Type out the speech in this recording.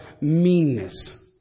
meanness